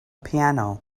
piano